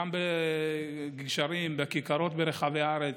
גם בגשרים, בכיכרות ברחבי הארץ,